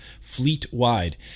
fleet-wide